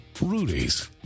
Rudy's